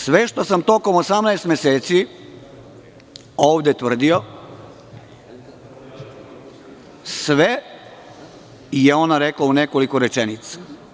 Sve što sam tokom 18 meseci ovde tvrdio, sve je ona rekla u nekoliko rečenica.